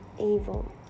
evil